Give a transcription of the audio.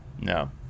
No